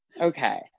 Okay